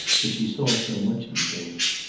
but she saw so much in things.